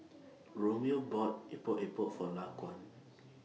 Romeo bought Epok Epok For Laquan